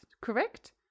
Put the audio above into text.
correct